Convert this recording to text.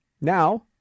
Now